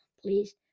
please